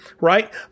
right